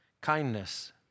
Kindness